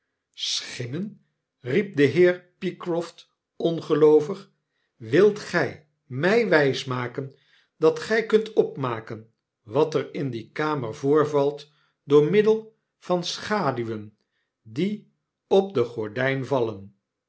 riep mijnheer pycroft ongeloovig wilt gy mij wysmaken dat gij kunt opmaken wat er in die kamer voorvalt door middel van de schaduwen die op de gordyn vallen